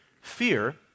Fear